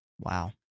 Wow